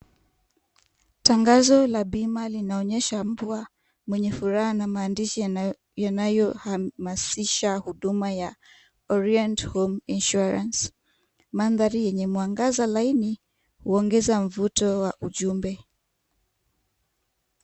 Tangazo la bima linaonyesha mbwa mwenye furaha na maandishi yanayohamasisha huduma ya Orient Home Insurance. Mandhari yenye mwangaza laini huongeza mvuto wa ujumbe.